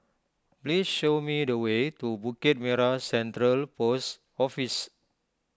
please show me the way to Bukit Merah Central Post Office